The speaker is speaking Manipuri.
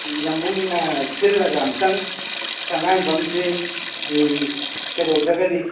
ꯌꯥꯝꯕꯨꯡꯅ ꯁꯤꯜꯂꯒ ꯑꯝꯇꯪ ꯁꯉꯥꯏ ꯌꯨꯝꯐꯝꯁꯤ ꯀꯩꯗꯧꯗ꯭ꯔꯒꯗꯤ